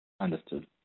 Understood